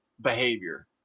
behavior